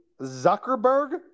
Zuckerberg